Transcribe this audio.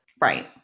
Right